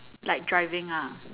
like driving ah